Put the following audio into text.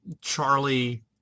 charlie